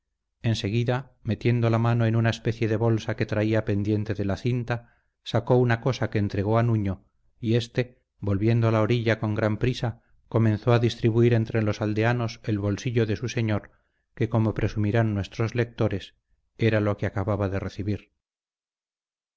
estrechamente enseguida metiendo la mano en una especie de bolsa que traía pendiente de la cinta sacó una cosa que entregó a nuño y éste volviendo a la orilla con gran prisa comenzó a distribuir entre los aldeanos el bolsillo de su señor que como presumirán nuestros lectores era lo que acababa de recibir